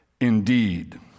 indeed